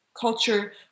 culture